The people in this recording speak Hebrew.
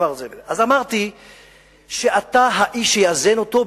אז אמרתי שאתה האיש שיאזן אותו,